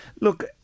Look